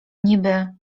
niby